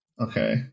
Okay